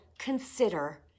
consider